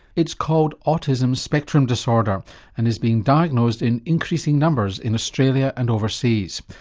it's called autism spectrum disorder and is being diagnosed in increasing numbers in australia and overseas.